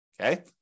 Okay